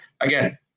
again